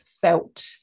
felt